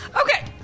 Okay